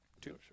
Two